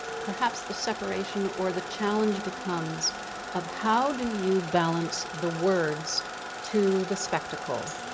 perhaps the separation or the challenge becomes of how do you balance the words to the spectacle?